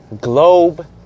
globe